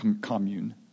commune